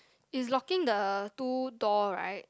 is locking the two door right